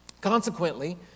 Consequently